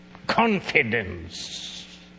Confidence